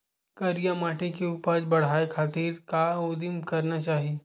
करिया माटी के उपज बढ़ाये खातिर का उदिम करना चाही?